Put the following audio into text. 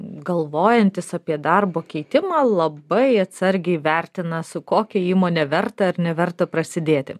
galvojantis apie darbo keitimą labai atsargiai vertina su kokia įmone verta ar neverta prasidėti